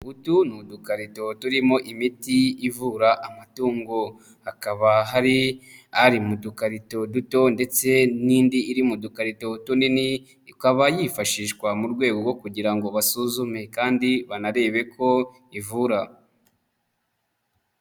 Utu ni udukarito turimo imiti ivura amatungo. Hakaba hari ari mu dukarito duto ndetse n'indi iri mu dukarito tunini, ikaba yifashishwa mu rwego rwo kugira ngo basuzume kandi banarebe ko ivura.